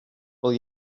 will